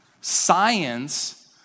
Science